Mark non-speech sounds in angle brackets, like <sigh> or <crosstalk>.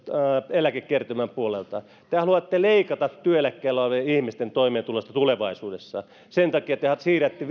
eläkekertymän puolelta te haluatte leikata työeläkkeellä olevien ihmisten toimeentulosta tulevaisuudessa sen takia te siirrätte <unintelligible>